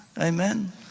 Amen